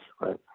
right